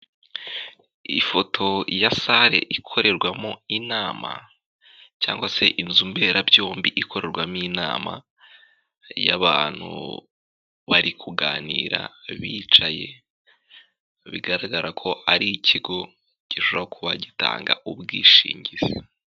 Ifoto ya sare ikorerwamo inama cyangwa se inzu mberabyombi ikorerwamo inama y'abantu bari kuganira bicaye bigaragara ko ari ikigo gishobora kuba gitanga ubwishingizi.